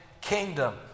kingdom